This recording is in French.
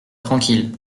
tranquille